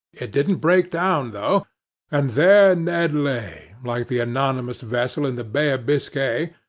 it didn't break down though and there ned lay, like the anonymous vessel in the bay of biscay,